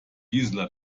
gisela